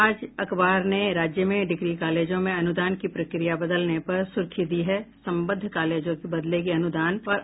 आज अखबार ने राज्य में डिग्री कॉलेजों में अनुदान की प्रक्रिया बदलने पर सुर्खी दी है संबद्ध कॉलेजों की बदलेगी अनुदान प्रक्रिया